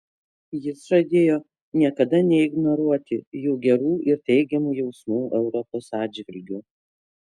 jis žadėjo niekada neignoruoti jų gerų ir teigiamų jausmų europos atžvilgiu